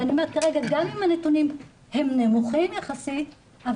גם אם הנתונים כרגע נמוכים יחסית,